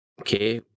Okay